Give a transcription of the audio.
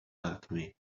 alchemy